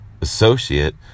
associate